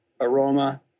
aroma